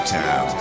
town